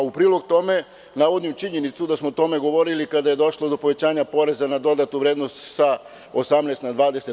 U prilog tome, navodim činjenicu da smo o tome govorili kada je došlo do povećanja poreza na dodatu vrednost sa 18% na 20%